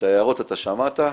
את ההערות אתה שמעת,